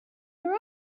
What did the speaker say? your